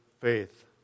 faith